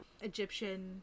Egyptian